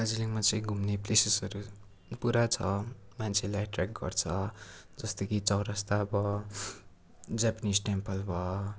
दार्जिलिङमा चाहिँ घुम्ने प्लेसेसहरू पुरा छ मान्छेलाई एट्र्याक्ट गर्छ जस्तै कि चौरस्ता भयो ज्यापनिज टेम्पल भयो